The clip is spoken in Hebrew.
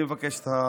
אני מבקש את השניות